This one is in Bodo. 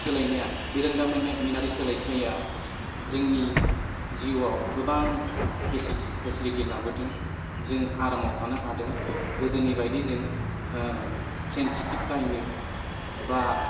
सोलायनाया बिरोंदामोमिनारि सोलायथाया जोंनि जिउआव गोबां फेसिलिटि लाबोदों जों आरामाव थानो हादों गोदोनि बादि जों ट्रेन टिकेट बायनो बा